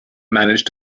managed